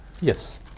Yes